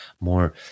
more